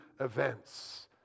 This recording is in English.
events